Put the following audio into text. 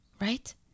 right